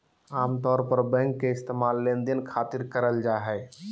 आमतौर पर बैंक के इस्तेमाल लेनदेन खातिर करल जा हय